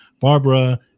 Barbara